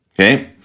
Okay